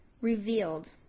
revealed